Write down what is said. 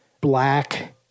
Black